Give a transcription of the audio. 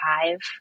five